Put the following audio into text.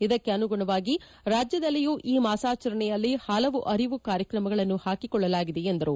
ಇದಕ್ಕೆ ಅನುಗುಣವಾಗಿ ರಾಜ್ಯದಲ್ಲಿಯೂ ಈ ಮಾಸಾಚರಣೆಯಲ್ಲಿ ಪಲವು ಅರಿವು ಕಾರ್ಯಕ್ರಮಗಳನ್ನು ಹಾಕಿಕೊಳ್ಳಲಾಗಿದೆ ಎಂದರು